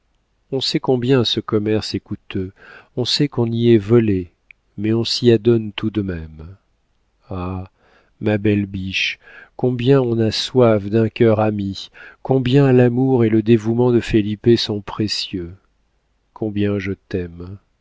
on sait combien ce commerce est coûteux on sait qu'on y est volé mais on s'y adonne tout de même ah ma belle biche combien on a soif d'un cœur ami combien l'amour et le dévouement de felipe sont précieux combien je t'aime